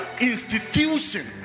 institution